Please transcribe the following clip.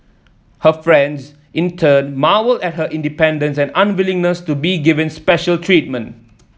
her friends in turn marvelled at her independence and unwillingness to be given special treatment